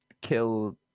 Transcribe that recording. kill